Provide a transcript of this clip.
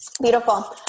Beautiful